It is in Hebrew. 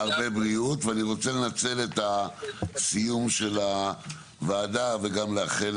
אני רוצה לנצל את סיום הדיון ולאחל